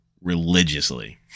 religiously